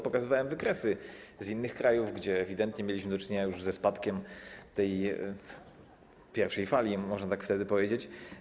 Pokazywałem wykresy z innych krajów, gdzie ewidentnie mieliśmy już do czynienia ze spadkiem tej pierwszej fali, można tak powiedzieć.